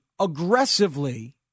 aggressively